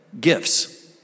gifts